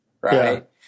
right